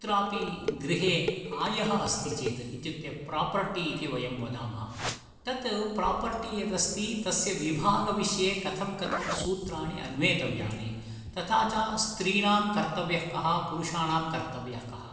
कुत्रापि गृहे आयः अस्ति चेत् इत्युक्ते प्रोपर्टि इति वयं वदामः तत् प्रापर्टि यदस्ति तस्य विभागविषये कथं कथं सूत्राणि अन्वेतव्यानि तथा च स्त्रीणां कर्तव्यः कः पुरुषाणां कर्तव्यः कः